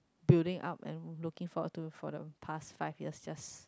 building up and looking forward to for the past five years just